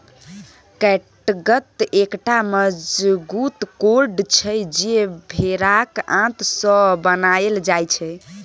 कैटगत एकटा मजगूत कोर्ड छै जे भेराक आंत सँ बनाएल जाइ छै